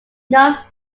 not